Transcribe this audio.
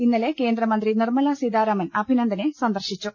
ഇന്നലെ കേന്ദ്രമന്ത്രി നിർമല സീതാരാ മൻ അഭിനന്ദനെ സന്ദർശിച്ചു